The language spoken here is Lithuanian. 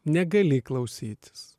negali klausytis